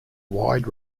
wide